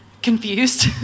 confused